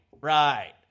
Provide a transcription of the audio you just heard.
Right